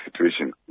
situation